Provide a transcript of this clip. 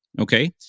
Okay